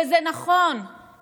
וזה נכון,